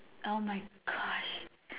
oh my Gosh